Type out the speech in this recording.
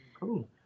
cool